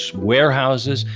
warehouses,